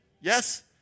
Yes